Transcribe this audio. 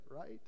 right